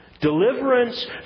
Deliverance